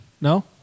no